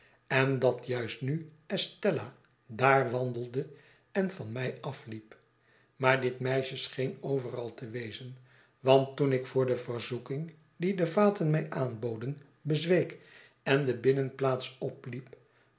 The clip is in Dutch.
en dat juist nu estella daar wandelde en van mij afliep maar dit meisje scheen overal te wezen want toen ik voor de verzoeking die de vaten mij aanboden bezweek en de binnenplaats opliep